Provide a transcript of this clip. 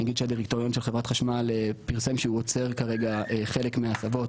אני אגיד שהדירקטוריון של חברת חשמל פרסם שהוא עוצר כרגע חלק מההסבות,